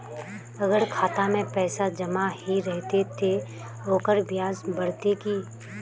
अगर खाता में पैसा जमा ही रहते ते ओकर ब्याज बढ़ते की?